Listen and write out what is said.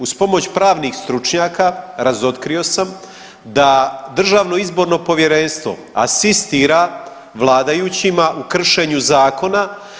Uz pomoć pravnih stručnjaka razotkrio sam da Državno izborno povjerenstvo asistira vladajućima u kršenju zakona.